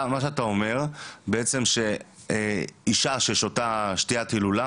אתה אומר שבצעם אישה ששותה שתיית הילולה,